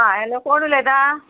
आं हॅलो कोण उलयता